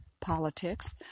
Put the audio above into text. politics